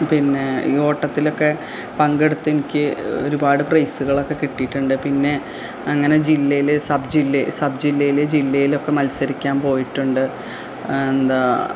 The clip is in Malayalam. പിന്നെ ഈ ഓട്ടത്തിലൊക്കെ പങ്കെടുത്ത് എനിക്ക് ഒരുപാട് പ്രൈസുകളൊക്കെ കിട്ടിയിട്ടുണ്ട് പിന്നെ അങ്ങനെ ജില്ലയില് സബ് ജില്ലയില് ജില്ലയില് ഒക്കെ മത്സരിക്കാൻ പോയിട്ടുണ്ട് എന്താണ്